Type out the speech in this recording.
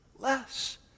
Less